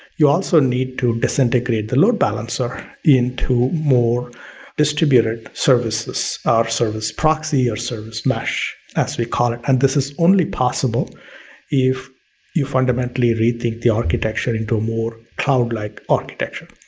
you also need to disintegrate the load balancer in to more distributed services, ah or service proxy, or service mesh, as we call it. and this is only possible if you fundamentally rethink the architecture into a more cloud like architecture.